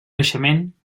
naixement